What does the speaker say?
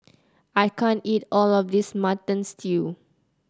I can't eat all of this Mutton Stew